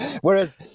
Whereas